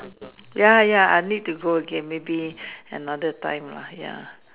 ya ya I need to go again maybe another time lah ya